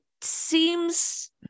seems